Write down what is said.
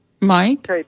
Mike